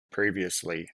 previously